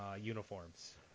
uniforms